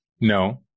no